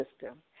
system